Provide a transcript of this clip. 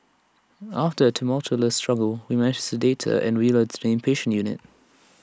after A tumultuous struggle we managed sedate her and wheel her to inpatient unit